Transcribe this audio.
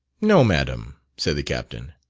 no, madam, said the captain.